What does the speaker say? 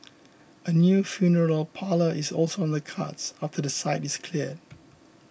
a new funeral parlour is also on the cards after the site is cleared